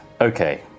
Okay